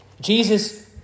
Jesus